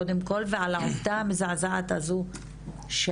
קודם כל ועל העובדה המזעזעת הזו שמתייחסים